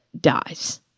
dies